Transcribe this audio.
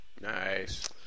nice